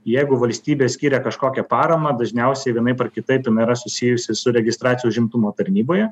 jeigu valstybė skiria kažkokią paramą dažniausiai vienaip ar kitaip jin yra susijusi su registracija užimtumo tarnyboje